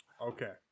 Okay